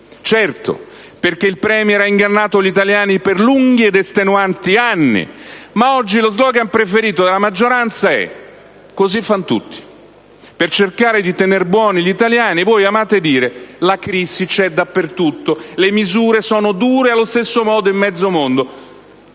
Certo, il *Premier* ha ingannato gli italiani per lunghi ed estenuanti anni. Oggi lo *slogan* preferito della maggioranza è «così fan tutti». Per cercare di tenere buoni gli italiani, voi amate dire che «la crisi c'è dappertutto», «le misure sono dure allo stesso modo in mezzo mondo».